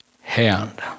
hand